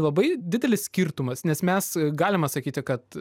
labai didelis skirtumas nes mes galima sakyti kad